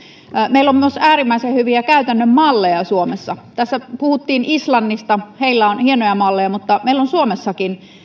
meillä on myös äärimmäisen hyviä käytännön malleja suomessa tässä puhuttiin islannista heillä on hienoja malleja mutta meillä on suomessakin